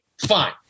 fine